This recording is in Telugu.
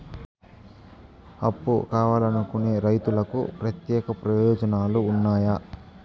అప్పు కావాలనుకునే రైతులకు ప్రత్యేక ప్రయోజనాలు ఉన్నాయా?